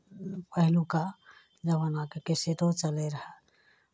पहिलुक्का जमानाके कैसेटो चलै रहए